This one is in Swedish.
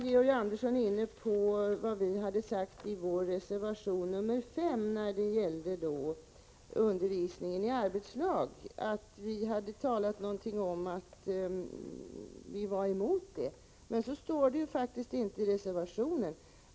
Georg Andersson var också inne på att vi i vår reservation 5 skulle ha skrivit någonting om att vi var emot undervisning i arbetslag. Men så står det faktiskt inte i reservationen.